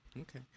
Okay